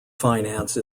finance